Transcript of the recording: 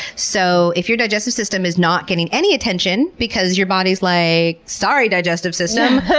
so, if your digestive system is not getting any attention because your body's like, sorry, digestive system,